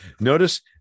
Notice